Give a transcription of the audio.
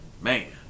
man